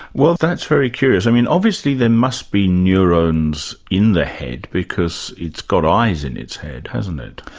well that's very curious. i mean obviously there must be neurons in the head, because it's got eyes in its head, hasn't it?